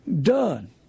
done